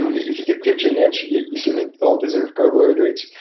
if you can pinch an inch, you certainly don't deserve carbohydrates.